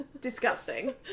Disgusting